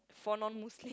for non Muslim